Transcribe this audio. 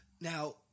Now